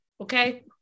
okay